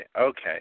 okay